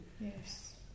Yes